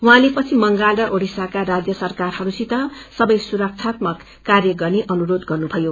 उहाँले पश्चिम बंगाल र ओड़िसाका राज्य सरकारहरूसित सबै सुरक्षात्मक कार्य गर्ने अनुरोध गर्नुभयो